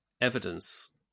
evidence